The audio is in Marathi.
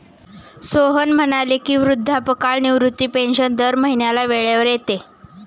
सोहन म्हणाले की, वृद्धापकाळ निवृत्ती पेन्शन दर महिन्याला वेळेवर येते